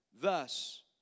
Thus